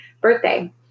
birthday